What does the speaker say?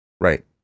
Right